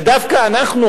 ודווקא אנחנו,